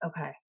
Okay